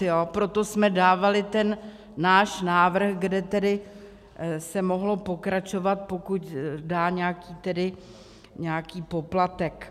Proto jsme dávali ten náš návrh, kde tedy se mohlo pokračovat, pokud dá nějaký poplatek.